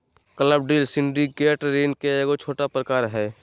club deal syndicate ऋण के एगो छोटा प्रकार हय